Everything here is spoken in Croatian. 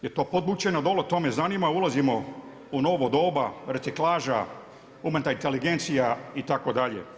Jel' to podvučeno dolje, to me zanima, ulazimo u novo doba, reciklaža, umjetna inteligencija itd.